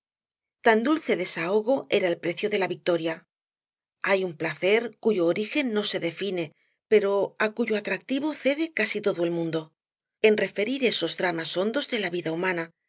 tan dulce desahogo era el precio de la victoria hay un placer cuyo origen no se define pero á cuyo atractivo cede casi todo el mundo en referir esos dramas hondos de la vida humana